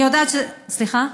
אני יודעת, מציע, סליחה?